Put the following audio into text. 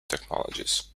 technologies